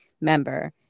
member